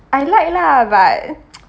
I like lah but